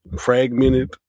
fragmented